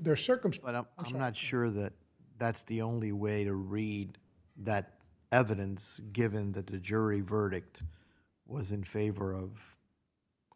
there's circumstantial i'm not sure that that's the only way to read that evidence given that the jury verdict was in favor of